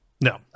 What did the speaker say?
No